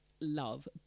love